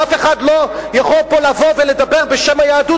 ואף אחד לא יכול פה לבוא ולדבר בשם היהדות